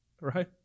Right